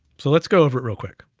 so let's go over it real quick.